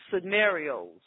scenarios